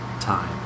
time